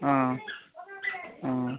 ꯑꯥ ꯑꯥ